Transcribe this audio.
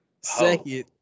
Second